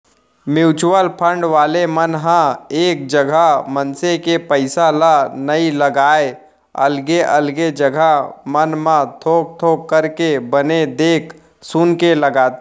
mutual fund वाले मन ह एक जगा मनसे के पइसा ल नइ लगाय अलगे अलगे जघा मन म थोक थोक करके बने देख सुनके लगाथे